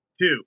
two